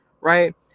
right